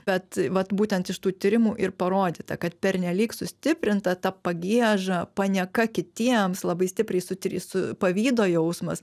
bet vat būtent iš tų tyrimų ir parodyta kad pernelyg sustiprinta ta pagieža panieka kitiems labai stipriai sutri su pavydo jausmas